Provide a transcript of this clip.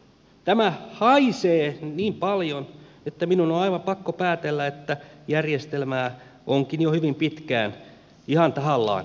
tämä haisee niin paljon että minun on aivan pakko päätellä että järjestelmää onkin jo hyvin pitkään ihan tahallaan mädätetty